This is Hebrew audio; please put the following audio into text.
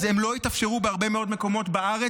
לא יתאפשרו בהרבה מאוד מקומות בארץ